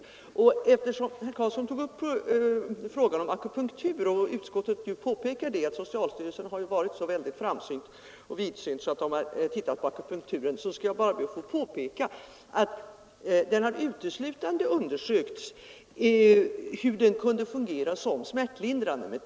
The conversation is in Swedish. Eftersom herr Karlsson i Huskvarna tog upp frågan om akupunktur, och eftersom utskottet påpekar att socialstyrelsen varit så framsynt och vidsynt att den studerat akupunkturen vill jag bara påpeka att det uteslutande har undersökts hur den kunde fungera som smärtlindrande metod.